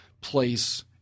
place